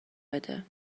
بده